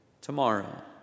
tomorrow